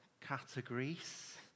categories